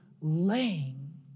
laying